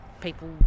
people